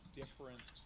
different